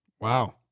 Wow